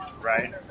right